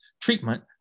treatment